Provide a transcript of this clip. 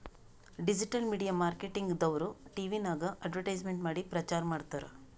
digital media marketing ದವ್ರು ಟಿವಿನಾಗ್ advertisement ಮಾಡಿ ಪ್ರಚಾರ್ ಮಾಡ್ತಾರ್